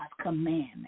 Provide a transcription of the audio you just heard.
commandment